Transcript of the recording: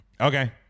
okay